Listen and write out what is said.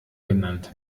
genannt